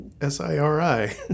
S-I-R-I